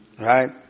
Right